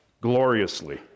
gloriously